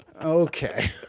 Okay